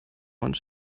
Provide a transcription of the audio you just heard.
und